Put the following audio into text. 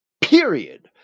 period